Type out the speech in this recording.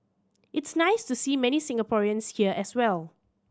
it's nice to see many Singaporeans here as well